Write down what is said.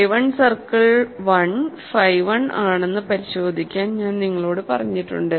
phi 1 circle 1 phi 1 ആണെന്ന് പരിശോധിക്കാൻ ഞാൻ നിങ്ങളോട് പറഞ്ഞിട്ടുണ്ട്